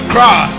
Cry